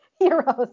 heroes